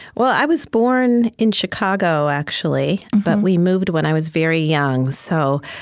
well, i was born in chicago, actually. but we moved when i was very young. so,